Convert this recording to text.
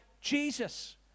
Jesus